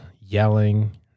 yelling